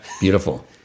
Beautiful